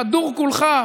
חדור כולך,